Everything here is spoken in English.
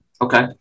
Okay